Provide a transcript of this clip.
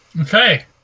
Okay